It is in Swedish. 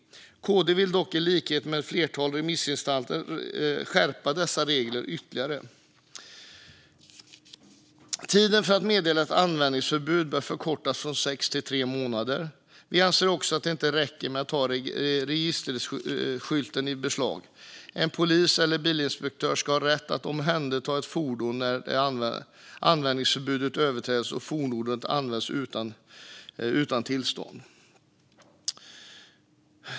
KD vill dock i likhet med ett flertal remissinstanser skärpa dessa regler ytterligare. Tiden för att meddela ett användningsförbud bör förkortas från sex till tre månader. Vi anser också att det inte räcker att ta registreringsskylten i beslag. En polis eller en bilinspektör ska ha rätt att omhänderta ett fordon när användningsförbudet överträds och fordonet används utan tillstånd.